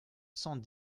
cent